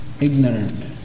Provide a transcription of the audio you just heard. Ignorant